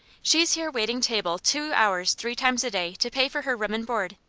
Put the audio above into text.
she's here waiting table two hours three times a day, to pay for her room and board.